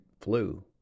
flu